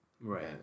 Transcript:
right